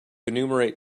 enumerate